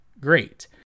great